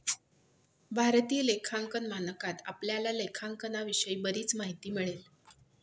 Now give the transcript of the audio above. भारतीय लेखांकन मानकात आपल्याला लेखांकनाविषयी बरीच माहिती मिळेल